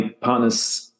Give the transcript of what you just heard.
partner's